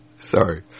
Sorry